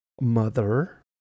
mother